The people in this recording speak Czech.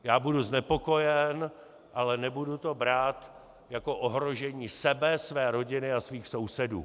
Já budu znepokojen, ale nebudu to brát jako ohrožení sebe, své rodiny a svých sousedů.